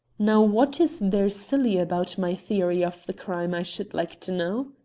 now, what is there silly about my theory of the crime, i should like to know.